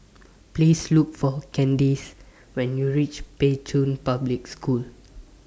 Please Look For Candyce when YOU REACH Pei Chun Public School